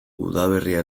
udaberria